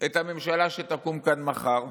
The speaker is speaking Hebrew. את הממשלה שתקום כבר מחר.